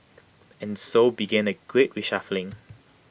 and so began A great reshuffling